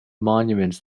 monuments